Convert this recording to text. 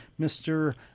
Mr